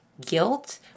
guilt